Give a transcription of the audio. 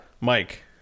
Mike